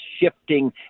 shifting